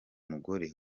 mugore